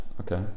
Okay